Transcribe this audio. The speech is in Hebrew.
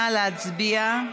נא להצביע.